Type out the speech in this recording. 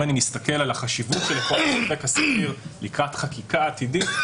אם אני מסתכל על החשיבות של עיקרון הספק הסביר לקראת חקיקה עתידית,